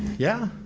yeah,